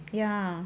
ya